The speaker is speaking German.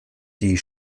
die